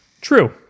True